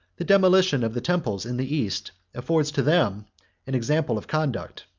the demolition of the temples in the east affords to them an example of conduct,